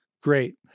Great